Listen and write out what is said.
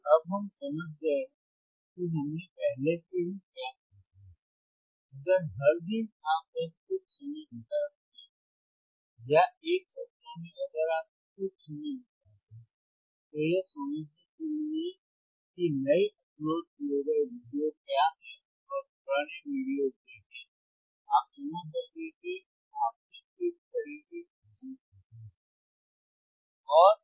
क्योंकि अब हम समझ गए हैं कि हमने पहले से ही क्या सीखा है अगर हर दिन आप बस कुछ समय बिताते हैं या एक सप्ताह में अगर आप कुछ समय बिताते हैं तो यह समझने के लिए कि नए अपलोड किए गए वीडियो क्या हैं और पुराने वीडियो देखें आप समझ जाएंगे कि आपने किस तरह के सिद्धांत सीखे हैं